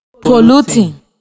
polluting